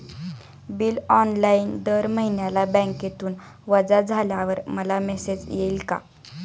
Bill online दर महिन्याला बँकेतून वजा झाल्यावर मला मेसेज येईल का?